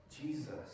Jesus